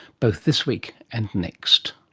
both this week and next.